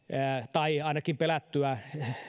tai ainakin pelättyä